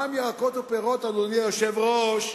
מע"מ ירקות ופירות, אדוני היושב-ראש,